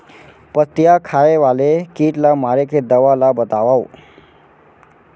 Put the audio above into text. पत्तियां खाए वाले किट ला मारे के दवा ला बतावव?